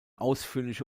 ausführliche